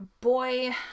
Boy